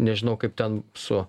nežinau kaip ten su